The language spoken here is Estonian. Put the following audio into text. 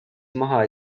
maha